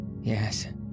yes